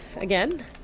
again